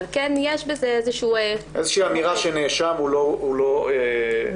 אבל כן יש בזה איזשהו --- איזושהי אמירה שנאשם הוא לא אשם.